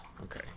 okay